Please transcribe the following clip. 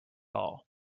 all